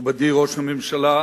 מכובדי ראש הממשלה,